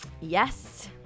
Yes